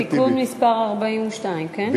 תיקון מס' 42, כן?